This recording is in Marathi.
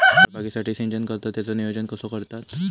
फळबागेसाठी सिंचन करतत त्याचो नियोजन कसो करतत?